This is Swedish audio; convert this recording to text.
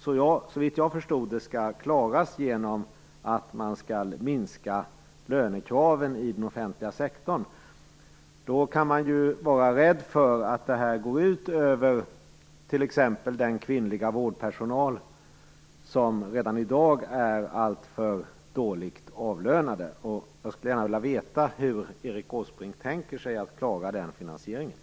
skall man, såvitt jag förstod det, få fram genom en minskning av lönekraven i den offentliga sektorn. I så fall får man vara rädd för att det går ut över t.ex. den kvinnliga vårdpersonal som redan i dag är alltför dåligt avlönad. Jag skulle gärna vilja veta hur Erik Åsbrink tänker sig att klara den finansieringen.